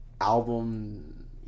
album